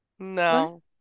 No